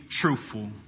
truthful